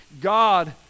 God